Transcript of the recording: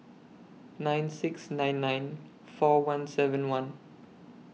nine six nine nine four one seven one